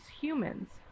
humans